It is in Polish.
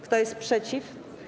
Kto jest przeciw?